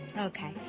Okay